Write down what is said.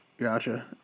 Gotcha